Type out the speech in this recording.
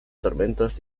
tormentas